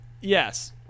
yes